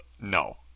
no